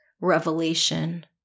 revelation